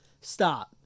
Stop